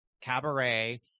cabaret